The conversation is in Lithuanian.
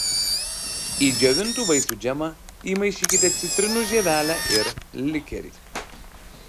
į džiovintų vaisių džemą įmaišykite citrinų žievelę ir likerį